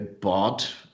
bought